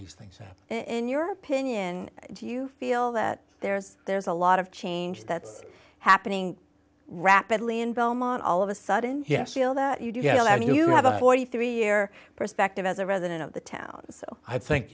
these things in your opinion do you feel that there's there's a lot of change that's happening rapidly in belmont all of a sudden yesil that you go and you have a three year perspective as a resident of the town so i think